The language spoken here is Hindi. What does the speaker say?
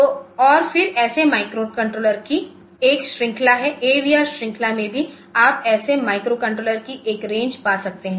तो और फिर ऐसे माइक्रोकंट्रोलर्स की एक श्रृंखला है एवीआर श्रृंखला में भी आप ऐसे माइक्रोकंट्रोलर्स की एक रेंज पा सकते हैं